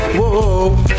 Whoa